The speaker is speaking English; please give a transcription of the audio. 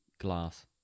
glass